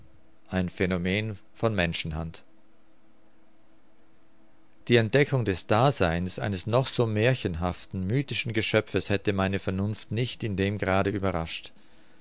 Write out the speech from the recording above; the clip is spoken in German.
ein phänomen von menschenhand die entdeckung des daseins eines noch so märchenhaften mythischen geschöpfes hätte meine vernunft nicht in dem grade überrascht